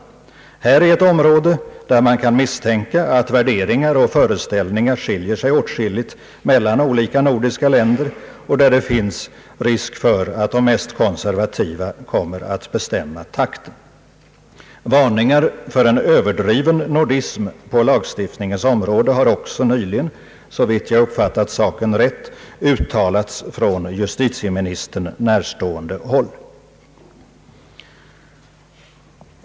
Äktenskapslagstiftningen gäller ett område, där man kan misstänka att värderingar och föreställningar skiljer sig åtskilligt mellan olika nordiska länder och där det finns risk för att de mest konservativa kommer att bestämma takten. Varningar för en överdriven nordism på lagstiftningens område har också nyligen, såvitt jag uppfattat saken rätt, uttalats från justitieministern närstående håll.